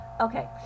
Okay